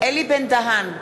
אלי בן-דהן,